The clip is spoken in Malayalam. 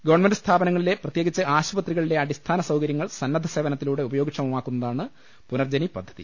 ഗവൺമെന്റ് സ്ഥാപനങ്ങളിലെ പ്രത്യേകിച്ച് ആശുപത്രികളിലെ അടിസ്ഥാന സൌകര്യങ്ങൾ സന്നദ്ധ സേവനത്തിലൂടെ ഉപയോഗക്ഷമമാക്കുന്നതാണ് പുനർജ്ജനി പദ്ധതി